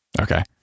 Okay